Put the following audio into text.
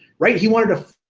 right? he wanted to.